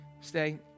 Stay